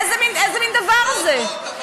איזה מין דבר זה?